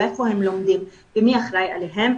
איפה הם לומדים ומי אחראי עליהם.